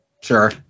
Sure